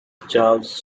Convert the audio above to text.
charles